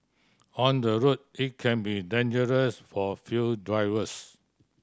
on the road it can be dangerous for few drivers